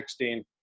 2016